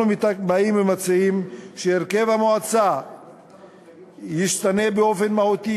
אנחנו באים ומציעים שהרכב המועצה ישתנה באופן מהותי